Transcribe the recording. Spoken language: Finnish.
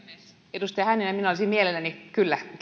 edustaja hänninen minä olisin mielelläni kyllä